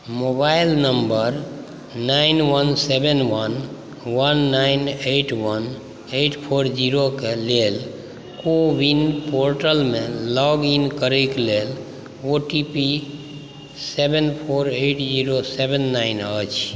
mobile number nine one seven one one nine eight one eight four जीरोके लेल CoWIN पोर्टलमे log in करैक लेल O T P seven four eight zero seven nine अछि